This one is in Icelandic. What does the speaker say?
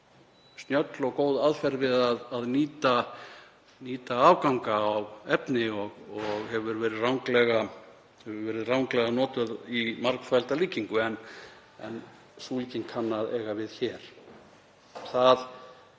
snjöll og góð aðferð við að nýta afganga af efni og hefur verið ranglega notaður í margþvælda líkingu en sú líking kann að eiga við hér. Það